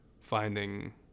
finding